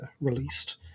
released